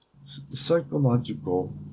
Psychological